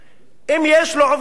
אם יש לו עובדי חינם,